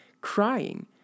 crying